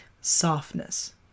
softness